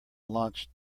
launched